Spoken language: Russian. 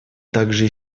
также